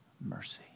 mercy